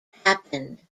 happened